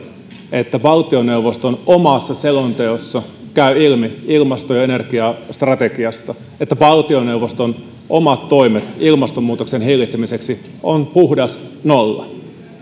että valtioneuvoston omassa selonteossa ilmasto ja energiastrategiasta käy ilmi että valtioneuvoston omat toimet ilmastonmuutoksen hillitsemiseksi ovat puhdas nolla